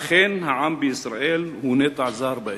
אכן, העם בישראל הוא נטע זר באזור,